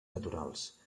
naturals